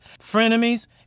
Frenemies